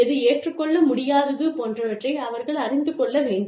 எது ஏற்றுக்கொள்ள முடியாதது போன்றவற்றை அவர்கள் அறிந்துக் கொள்ள வேண்டும்